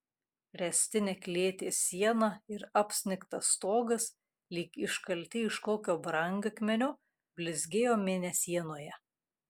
ręstinė klėties siena ir apsnigtas stogas lyg iškalti iš kokio brangakmenio blizgėjo mėnesienoje